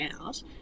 out